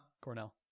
Cornell